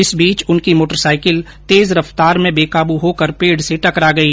इस बीच उनकी मोटरसाईकिल तेज रफ्तार में बेकाबू होकर पेड से टकरा गई